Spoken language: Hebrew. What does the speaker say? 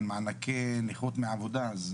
על מענקי נכות מעבודה.